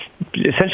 essentially